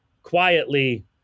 quietly